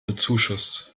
bezuschusst